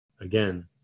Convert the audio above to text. again